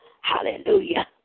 Hallelujah